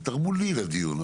הן תרמו לי לדיון,